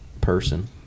Person